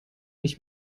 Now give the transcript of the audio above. nicht